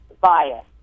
bias